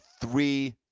three